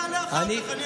זה מבחינתך.